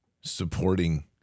supporting